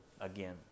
again